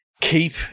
keep